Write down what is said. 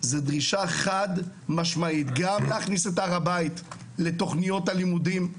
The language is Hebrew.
זוהי דרישה חד-משמעית להכניס את הר הבית לתוכניות הלימודים,